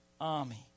army